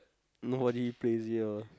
nobody plays it ah